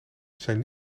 zijn